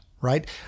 right